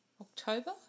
October